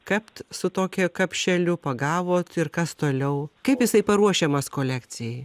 kapt su tokia kapšeliu pagavot ir kas toliau kaip jisai paruošiamas kolekcijai